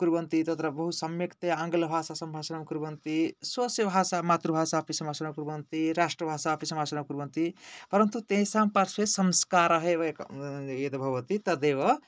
कुर्वन्ति तत्र बहु सम्यक्तया आङ्ग्लभाषा सम्भाषणं कुर्वन्ति स्वस्वभाषा मातृभाषा अपि सम्भाषणं कुर्वन्ति राष्ट्रभाषा अपि सम्भाषणं कुर्वन्ति परन्तु तेषां पार्श्वे संस्कारः एव एक यद् भवति तदेव